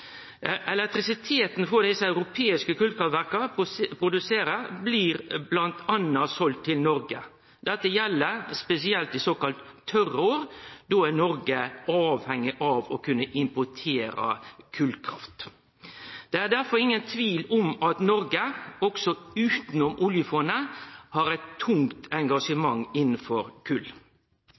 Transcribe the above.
Elektrisiteten som desse europeiske kolkraftverka produserer, blir bl.a. seld til Noreg. Dette gjeld spesielt i såkalla tørre år. Då er Noreg avhengig av å kunne importere kolkraft. Det er derfor ingen tvil om at Noreg, også utanom oljefondet, har eit tungt engasjement innanfor